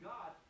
God